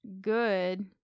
good